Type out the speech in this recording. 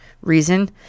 reason